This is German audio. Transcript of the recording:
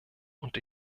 und